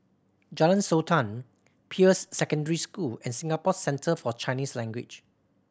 Jalan Sultan Peirce Secondary School and Singapore Centre For Chinese Language